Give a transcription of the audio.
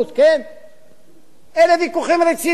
אלה ויכוחים רציניים.